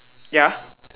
ya